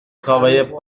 travaillait